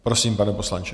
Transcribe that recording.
Prosím, pane poslanče.